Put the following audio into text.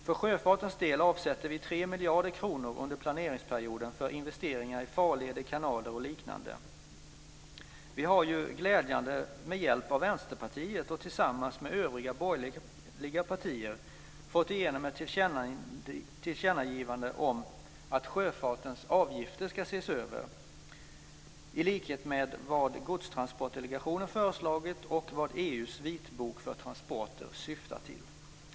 För sjöfartens del avsätter vi 3 miljarder kronor under planeringsperioden för investeringar i farleder, kanaler och liknande. Vi har ju glädjande med hjälp av Vänsterpartiet och tillsammans med övriga borgerliga partier fått igenom ett tillkännagivande om att sjöfartens avgifter ska ses över i likhet med vad Godstransportdelegationen har föreslagit och vad EU:s vitbok för transporter syftar till.